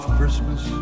Christmas